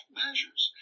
measures